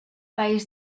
país